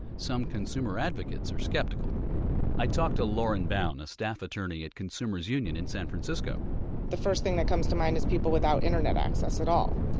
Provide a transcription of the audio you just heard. some consumer advocates are skeptical i talked to lauren bowne, a staff attorney at consumers' union in san francisco the first thing that comes to mind are people without internet access at all.